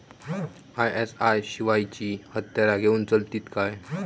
ISI शिवायची हत्यारा घेऊन चलतीत काय?